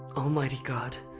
almighty god!